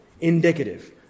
indicative